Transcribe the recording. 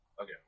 Okay